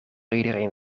iedereen